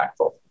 impactful